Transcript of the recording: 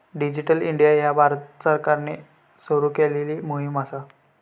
digital India ह्या भारत सरकारान सुरू केलेली मोहीम असा